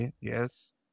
yes